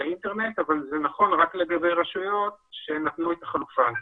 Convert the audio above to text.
האינטרנט אבל זה נכון רק לגבי רשויות שנתנו את החלופה הזאת.